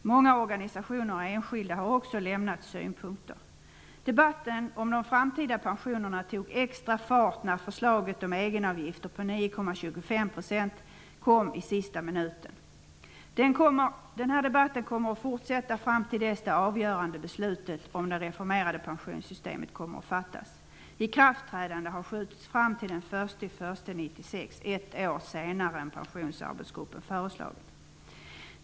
Många organisationer och enskilda har också lämnat synpunkter. Debatten om de framtida pensionerna tog extra fart när förslaget om egenavgifter på 9,25 % kom i sista minuten. Debatten kommer att fortsätta fram till dess att det avgörande beslutet om det reformerade pensionssystemet fattas. Ikraftträdandet har skjutits fram till den 1 januari 1996, ett år senare än vad Pensionsarbetsgruppen har föreslagit.